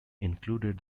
included